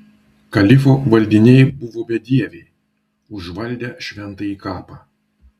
kalifo valdiniai buvo bedieviai užvaldę šventąjį kapą